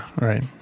right